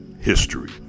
history